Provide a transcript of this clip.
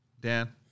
Dan